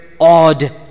Odd